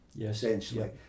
essentially